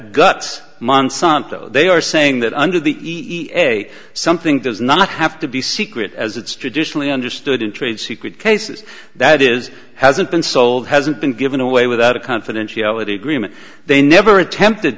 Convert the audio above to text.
guts monsanto they are saying that under the e p a something does not have to be secret as it's traditionally understood in trade secret cases that is hasn't been sold hasn't been given away without a confidentiality agreement they never attempted